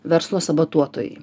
verslo sabotuotojai